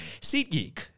SeatGeek